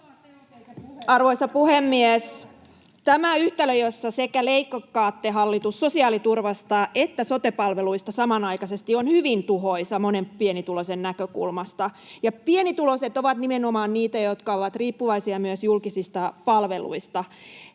Arvoisa puhemies! Tämä yhtälö, jossa, hallitus, leikkaatte sekä sosiaaliturvasta että sote-palveluista samanaikaisesti, on hyvin tuhoisa monen pienituloisen näkökulmasta. Pienituloiset ovat nimenomaan niitä, jotka ovat riippuvaisia myös julkisista palveluista.